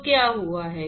तो क्या हुआ है